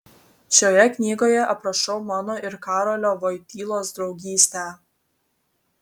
šioje knygoje aprašau mano ir karolio voitylos draugystę